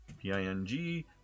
p-i-n-g